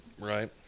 Right